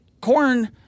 corn